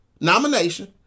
nomination